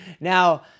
Now